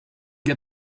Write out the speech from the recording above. get